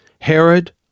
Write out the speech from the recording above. Herod